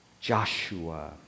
Joshua